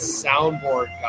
soundboard